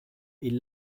est